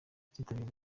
bazitabira